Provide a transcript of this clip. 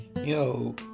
Yo